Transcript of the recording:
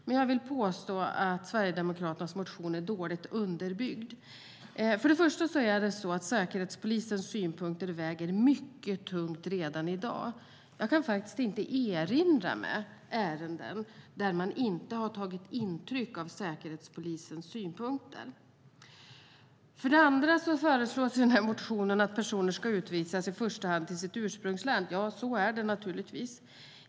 Men jag vill påstå att Sverigedemokraternas motion är dåligt underbyggd. För det första väger Säkerhetspolisens synpunkter mycket tungt redan i dag. Jag kan inte erinra mig ärenden där man inte har tagit intryck av Säkerhetspolisens synpunkter. För det andra föreslås i motionen att personer ska utvisas i första hand till sitt ursprungsland. Så är det naturligtvis.